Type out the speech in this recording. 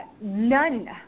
None